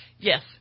Yes